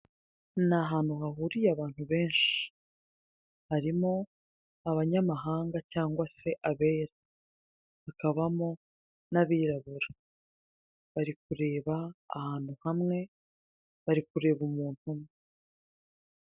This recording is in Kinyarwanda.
Ni ahantu hahuriye abantu benshi harimo abanyamahanga cyangwa se abera hakabamo n'abirabura bari kureba ahantu hamwe bari kureba umuntu umwe.